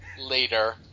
later